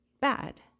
bad